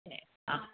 ആ